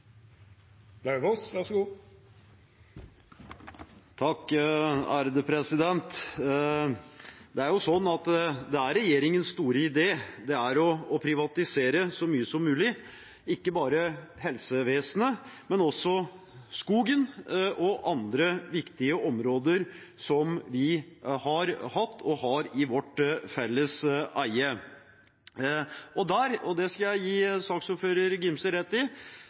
å privatisere så mye som mulig, ikke bare helsevesenet, men også skogen og andre viktige områder som vi har hatt og har i vårt felles eie. Og der – det skal jeg gi saksordfører Gimse rett i